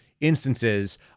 instances